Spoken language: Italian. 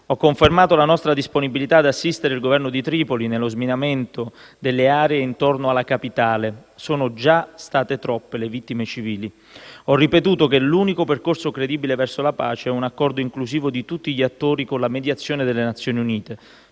Ho confermato la nostra disponibilità ad assistere il Governo di Tripoli nello sminamento delle aree intorno alla capitale: sono già state troppe le vittime civili. Ho ripetuto che l'unico percorso credibile verso la pace è un accordo inclusivo di tutti gli attori, con la mediazione delle Nazioni Unite.